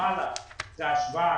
למעלה זאת ההשוואה,